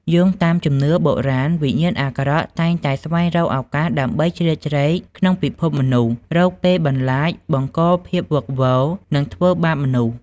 យោងតាមជំនឿបុរាណ វិញ្ញាណអាក្រក់តែងតែស្វែងរកឱកាសដើម្បីជ្រៀតជ្រែកក្នុងពិភពមនុស្ស រកពេលបន្លាច បង្កភាពវឹកវរ និងធ្វើបាបមនុស្ស។